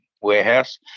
warehouse